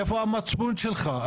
איפה המצפון שלך?